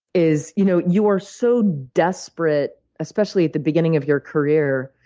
is you know you are so desperate, especially at the beginning of your career,